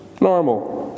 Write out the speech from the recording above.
normal